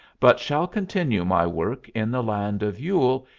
but shall continue my work in the land of yule,